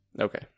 Okay